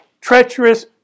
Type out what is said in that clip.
treacherous